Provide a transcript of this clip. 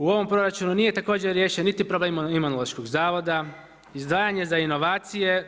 U ovom proračunu nije također riješen niti problem Imunološkog zavoda, izdvajanje za inovacije.